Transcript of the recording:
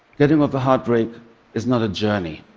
getting over heartbreak is not a journey.